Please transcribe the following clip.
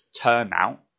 turnout